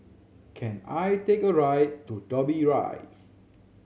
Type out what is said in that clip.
can I take a right to Dobbie Rise